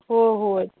हो हो